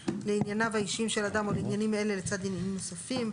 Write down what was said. לענייניו האישיים של אדם או לעניינים אלה לצד עניינים נוספים.